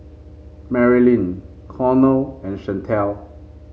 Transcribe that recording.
Marylin Cornel and Chantal